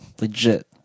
legit